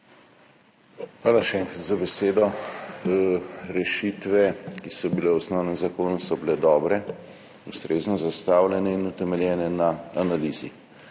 Hvala še enkrat za besedo. Rešitve, ki so bile v osnovnem zakonu, so bile dobre, ustrezno zastavljene in utemeljene na analizi.